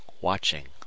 watching